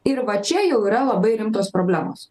ir va čia jau yra labai rimtos problemos